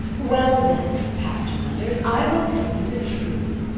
well, then, pastor manders i will tell you the truth.